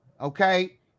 okay